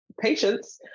patience